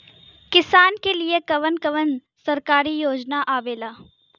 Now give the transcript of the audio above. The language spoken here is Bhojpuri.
किसान के लिए कवन कवन सरकारी योजना आवेला?